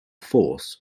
force